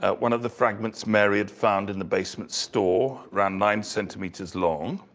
ah one of the fragments mary had found in the basement store, around nine centimeters long.